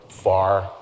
Far